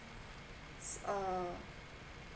um